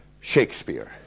Shakespeare